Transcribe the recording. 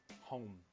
home